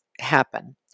happen